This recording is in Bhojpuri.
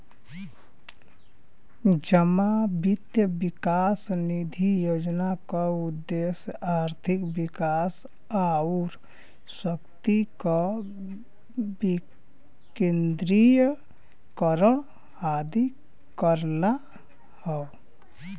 जमा वित्त विकास निधि योजना क उद्देश्य आर्थिक विकास आउर शक्ति क विकेन्द्रीकरण आदि करना हौ